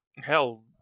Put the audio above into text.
Hell